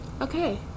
okay